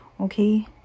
okay